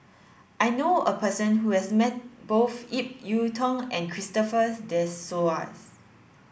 I know a person who has met both Ip Yiu Tung and Christopher De Souza